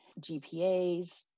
GPAs